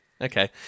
Okay